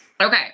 Okay